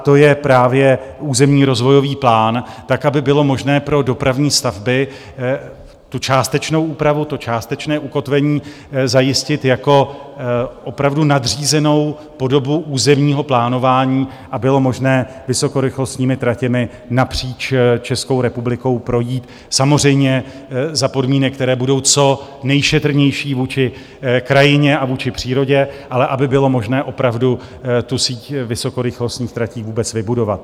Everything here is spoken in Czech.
To je právě územní rozvojový plán tak, aby bylo možné pro dopravní stavby tu částečnou úpravu, částečné ukotvení, zajistit jako opravdu nadřízenou podobu územního plánování a bylo možné vysokorychlostními tratěmi napříč Českou republikou projít, samozřejmě za podmínek, které budou co nejšetrnější vůči krajině a vůči přírodě, ale aby bylo možné opravdu síť vysokorychlostních tratí vůbec vybudovat.